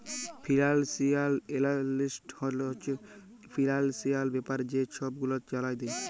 financial analyst হছে financial ব্যাপারে যে ছব গুলা জালায় দেই